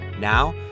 Now